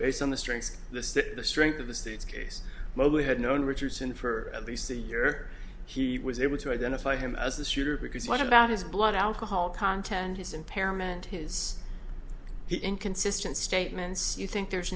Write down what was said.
based on the strengths the strength of the state's case mobley had known richardson for at least a year he was able to identify him as the shooter because what about his blood alcohol content his impairment his heat inconsistent statements you think there's